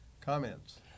Comments